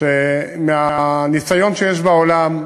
שמהניסיון שיש בעולם,